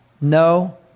no